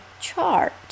chart